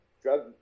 Drug